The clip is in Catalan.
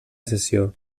sessió